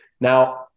now